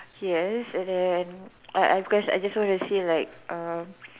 yes and then I I have guys I just wanna say like uh